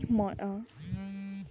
মই